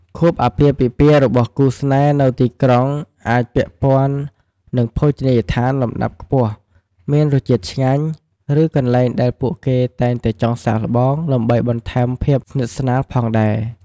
ខួបអាពាហ៍ពិពាហ៍របស់គូស្នេហ៍នៅទីក្រុងអាចពាក់ព័ន្ធនឹងភោជនីយដ្ឋានលំដាប់ខ្ពស់ មានរសជាតិឆ្ងាញ់ ឬកន្លែងដែលពួកគេតែងតែចង់សាកល្បងដើម្បីបន្ថែមភាពស្និតស្នាលផងដែរ។